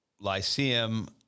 Lyceum